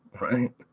right